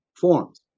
forms